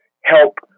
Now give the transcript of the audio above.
help